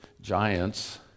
giants